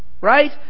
right